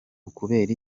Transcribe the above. ukubera